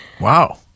Wow